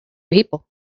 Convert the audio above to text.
people